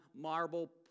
marble